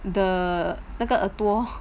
the 那个耳朵